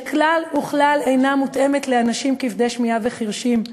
שכלל וכלל אינה מותאמת לאנשים כבדי שמיעה וחירשים.